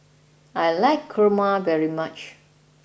I like Kurma very much